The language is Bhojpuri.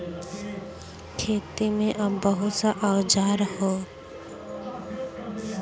खेती में अब बहुत सा औजार हौ